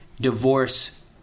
divorce